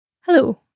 Hello